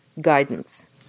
guidance